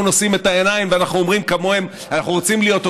נושאים את העיניים ואנחנו אומרים: כמוהן אנחנו רוצים להיות,